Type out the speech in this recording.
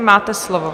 Máte slovo.